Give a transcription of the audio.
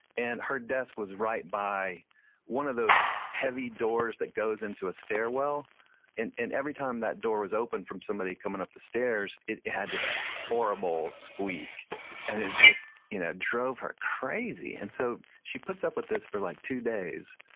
and her desk was right by one of those heavy doors that goes into a stairwell and everytime that door was open from somebody coming up the stairs, it had this just horrible squeak and it just ah drove her crazy. and so she puts up with this for like two days,